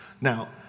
Now